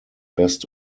best